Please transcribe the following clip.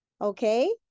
okay